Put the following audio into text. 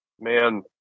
Man